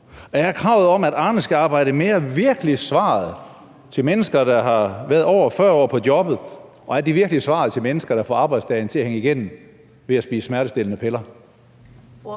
Er kravet om, at Arne skal arbejde mere, virkelig svaret til mennesker, der har været i over 40 år på jobbet, og er det virkelig svaret til mennesker, der får arbejdsdagen til at hænge sammen ved at spise smertestillende piller?